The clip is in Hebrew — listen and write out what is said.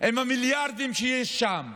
עם המיליארדים שיש שם.